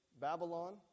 Babylon